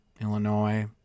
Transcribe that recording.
Illinois